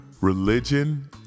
religion